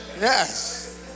yes